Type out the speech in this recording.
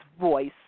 voice